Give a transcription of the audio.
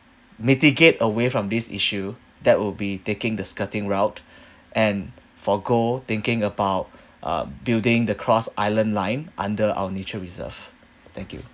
mitigate away from this issue that will be taking the skirting route and for go thinking about uh building the cross island line under our nature reserve thank you